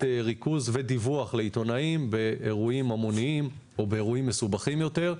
ריכוז ודיווח לעיתונאים באירועים המוניים או באירועים מסובכים יותר.